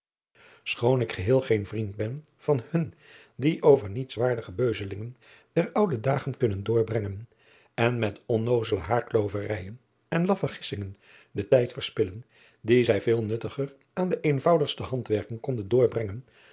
choon ik geheel geen vriend ben van hun die over nietswaardige beuzelingen der ouden dagen kunnen doorbrengen en met onnoozele haarkloverijen en laffe gissingen den tijd verspillen dien zij veel nuttiger aan de eenvoudigste handwerken konden doorbrengen